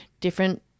different